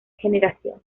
generación